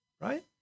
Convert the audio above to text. right